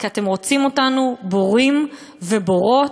כי אתם רוצים אותנו בורים ובורות,